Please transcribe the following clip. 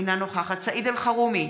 אינה נוכחת סעיד אלחרומי,